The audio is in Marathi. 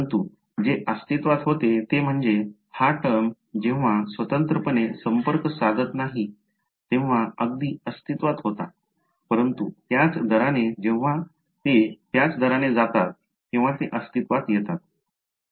परंतु जे अस्तित्वात होते ते म्हणजे हा टर्म जेव्हा स्वतंत्रपणे संपर्क साधत नाही तेव्हा अगदी अस्तित्वात होता परंतु त्याच दराने जेव्हा ते त्याच दराने जातात तेव्हा ते अस्तित्वात येतात